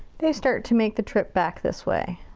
they start to make the trip back this way.